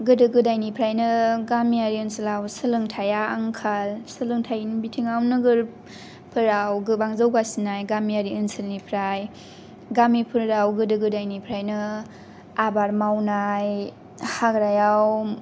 गोदो गोदायनिफ्रायनो गामियारि ओनसोलाव सोलोंथाइया आंखाल सोलोंथाइनि बिथिङाव नोगोरफोराव गोबां जौगासिननाय गामियारि ओनसोलनिफ्राय गामिफोराव गोदो गोदायनिफ्रायनो आबाद मावनाय हाग्रायाव